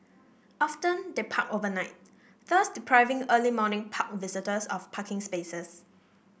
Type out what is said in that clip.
often they park overnight thus depriving early morning park visitors of parking spaces